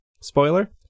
Spoiler